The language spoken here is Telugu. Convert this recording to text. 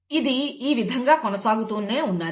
ఇది ఈ విధంగా కొనసాగుతూనే ఉన్నాది